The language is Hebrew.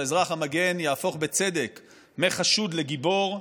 יהפוך בצדק מחשוד לגיבור.